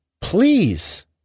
please